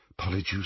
Polyjuice